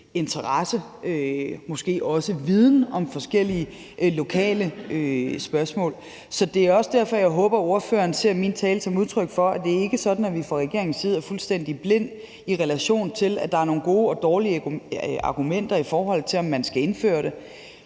interesse og måske også viden om forskellige lokale spørgsmål. Det er også derfor, jeg håber, at ordføreren ser min tale som udtryk for, at det ikke er sådan, at vi fra regeringens side er fuldstændig blinde, i relation til at der er nogle gode og dårlige argumenter for, at man skal indføre det.